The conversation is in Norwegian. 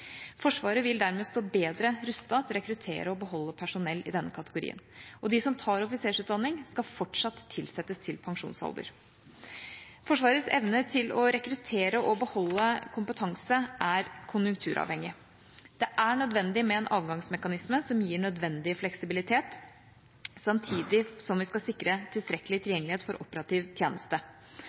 Forsvaret vil dermed stå bedre rustet til å rekruttere og beholde personell i denne kategorien. De som tar offisersutdanning, skal fortsatt tilsettes til pensjonsalder. Forsvarets evne til å rekruttere og beholde kompetanse er konjunkturavhengig. Det er nødvendig med en avgangsmekanisme som gir nødvendig fleksibilitet, samtidig som vi skal sikre tilstrekkelig tilgjengelighet for operativ tjeneste.